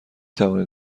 توانید